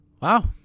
Wow